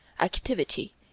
activity